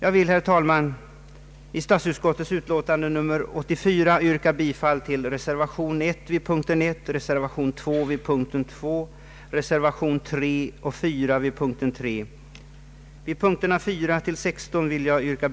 Jag vill beträffande statsutskottets utlåtande nr 84 nu yrka bifall till reservationen vid punkten 1.